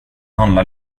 handlar